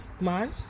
man